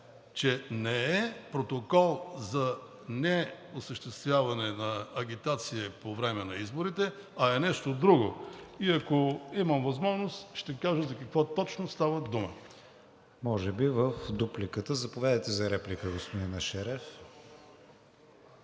че не е протокол за неосъществяване на агитация по време на изборите, а е нещо друго и ако имам възможност, ще кажа за какво точно става дума. ПРЕДСЕДАТЕЛ КРИСТИАН ВИГЕНИН: Може би в дупликата. Заповядайте за реплика, господин Ешереф.